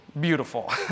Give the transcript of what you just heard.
beautiful